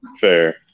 Fair